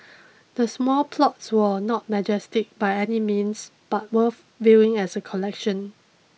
the small plots were not majestic by any means but worth viewing as a collection